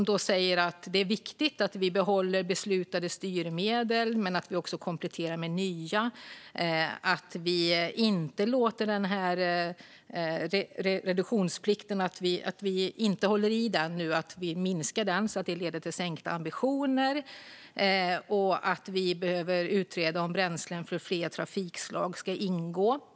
Där sägs att det är viktigt att vi behåller beslutade styrmedel och kompletterar med nya, att vi inte minskar reduktionsplikten och därigenom sänker ambitionerna och att vi utreder om bränslen för fler trafikslag ska ingå.